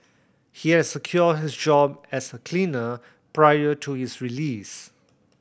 he had secured his job as a cleaner prior to his release